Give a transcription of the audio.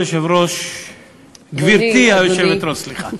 גברתי היושבת-ראש,